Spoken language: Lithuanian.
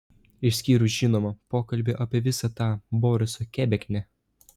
išskyrus žinoma pokalbį apie visą tą boriso kebeknę